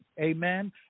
Amen